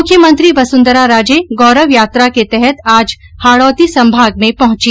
मुख्यमन्त्री वसुन्धरा राजे गौरव यात्रा के तहत आज हाडौती संभाग में पहुंची